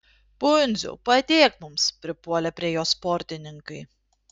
pundziau padėk mums pripuolė prie jo sportininkai